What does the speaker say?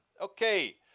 Okay